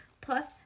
Plus